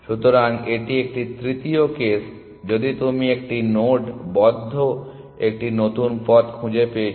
সুতরাং এটি একটি তৃতীয় কেস যদি তুমি একটি নোড বদ্ধ একটি নতুন পথ খুঁজে পেয়েছো